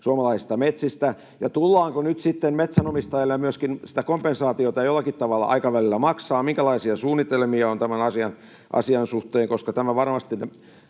suomalaisista metsistä? Ja tullaanko nyt sitten myöskin metsänomistajille sitä kompensaatiota jollakin tavalla ja aikavälillä maksamaan? Minkälaisia suunnitelmia on tämän asian suhteen?